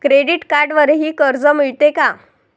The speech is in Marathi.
क्रेडिट कार्डवरही कर्ज मिळते का?